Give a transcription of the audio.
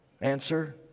Answer